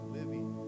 living